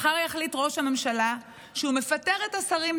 מחר יחליט ראש הממשלה שהוא מפטר את השרים,